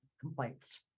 complaints